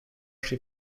she